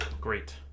Great